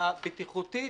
הבטיחותית,